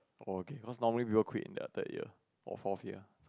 oh okay cause normally we will quit in the third year or fourth year